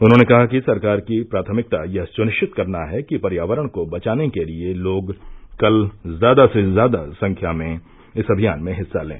उन्होंने कहा कि सरकार की प्राथमिकता यह सुनिश्चित करना है कि पर्यावरण को बचाने के लिए लोग कल ज्यादा से ज्यादा संख्या में इस अभियान में हिस्सा लें